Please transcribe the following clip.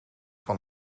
van